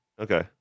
Okay